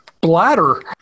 bladder